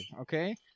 okay